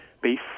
beef